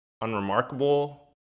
unremarkable